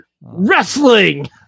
wrestling